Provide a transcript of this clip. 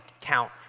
count